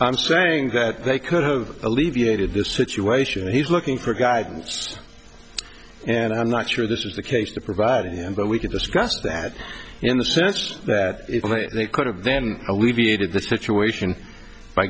i'm saying that they could have alleviated this situation and he's looking for guidance and i'm not sure this is the case that provided them but we could discuss that in the sense that they could have then alleviated the situation by